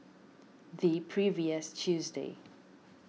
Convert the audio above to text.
the previous Tuesday